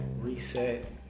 reset